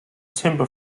timber